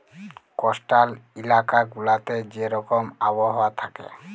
coastal ইলাকা গুলাতে যে রকম আবহাওয়া থ্যাকে